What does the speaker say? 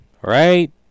right